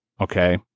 okay